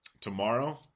tomorrow